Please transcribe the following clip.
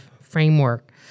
framework